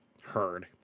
heard